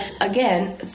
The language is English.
again